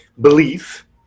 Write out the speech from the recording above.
belief